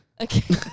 Okay